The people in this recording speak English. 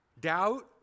doubt